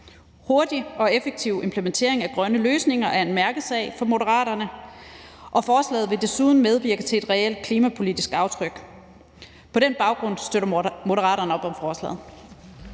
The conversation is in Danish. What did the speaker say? Hurtig og effektiv implementering af grønne løsninger er en mærkesag for Moderaterne, og forslaget vil desuden medvirke til et reelt klimapolitisk aftryk. På den baggrund støtter Moderaterne op om forslaget.